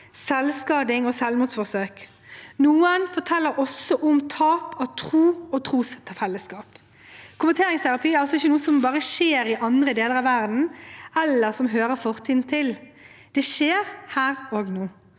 selvskading og selvmordsforsøk. Noen forteller også om tap av tro og trosfellesskap. Konverteringsterapi er altså ikke noe som bare som skjer i andre deler av verden eller som hører fortiden til. Det skjer her og nå,